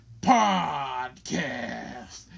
Podcast